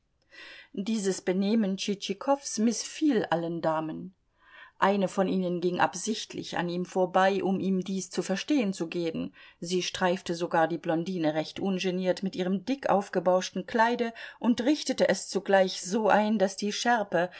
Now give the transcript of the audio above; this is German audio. dieses benehmen tschitschikows mißfiel allen damen eine von ihnen ging absichtlich an ihm vorbei um ihm dies zu verstehen zu geben sie streifte sogar die blondine recht ungeniert mit ihrem dick aufgebauschten kleide und richtete es zugleich so ein daß die schärpe